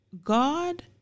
God